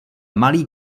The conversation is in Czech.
malý